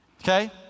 Okay